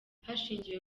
hashingiwe